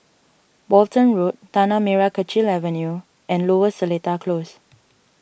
Walton Road Tanah Merah Kechil Avenue and Lower Seletar Close